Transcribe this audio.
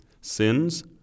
sins